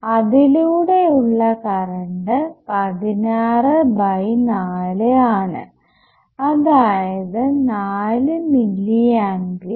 അതിലൂടെ ഉള്ള current 16 by 4 ആണ് അതായതു 4 മില്ലി ആംപിയർ